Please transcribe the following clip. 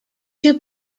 two